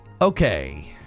okay